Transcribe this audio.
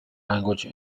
language